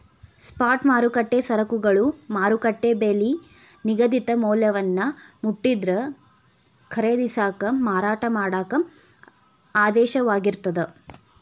spot ಮಾರುಕಟ್ಟೆ ಸರಕುಗಳ ಮಾರುಕಟ್ಟೆ ಬೆಲಿ ನಿಗದಿತ ಮೌಲ್ಯವನ್ನ ಮುಟ್ಟಿದ್ರ ಖರೇದಿಸಾಕ ಮಾರಾಟ ಮಾಡಾಕ ಆದೇಶವಾಗಿರ್ತದ